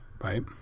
right